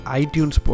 iTunes